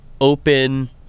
open